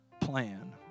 plan